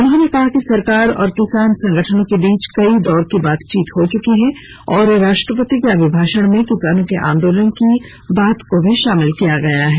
उन्होंने कहा कि सरकार और किसान संगठनों के बीच कई दौर की बातचीत हो चुकी है और राष्ट्रपति के अभिभाषण में किसानों के आंदोलन की बात को भी शामिल किया गया है